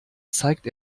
zeigt